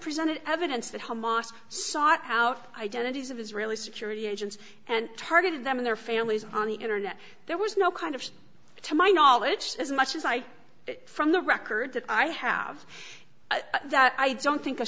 presented evidence that hamas sought out identities of israeli security agents and targeted them and their families on the internet there was no kind of to my knowledge as much as i from the record that i have that i don't think